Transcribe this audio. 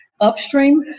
Upstream